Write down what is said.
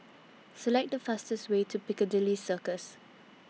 Select The fastest Way to Piccadilly Circus